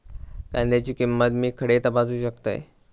कांद्याची किंमत मी खडे तपासू शकतय?